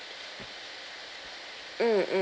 mm mm